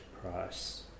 price